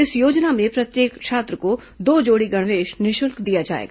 इस योजना में प्रत्येक छात्र को दो जोड़ी गणवेश निःशुल्क दिया जाएगा